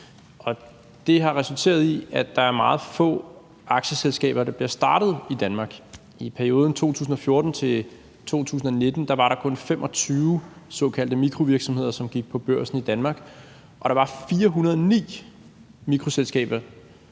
det har resulteret i, at der er meget få aktieselskaber, der bliver startet i Danmark. I perioden 2015 til 2019 var der kun 25 såkaldte mikrovirksomheder, som gik på børsen i Danmark, og der var 409 mikroselskaber,